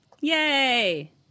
Yay